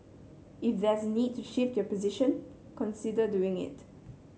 if there's a need to shift your position consider doing it